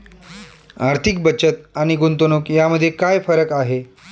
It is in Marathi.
आर्थिक बचत आणि गुंतवणूक यामध्ये काय फरक आहे?